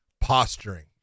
posturing